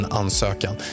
ansökan